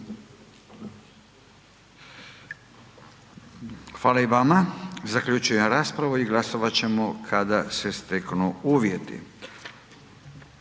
S ovim zaključujem raspravu. Glasovat ćemo kad se steknu uvjeti.